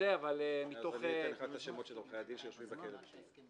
--- אז אני אתן לך את השמות של עורכי הדין שיושבים בכלא בגלל זה.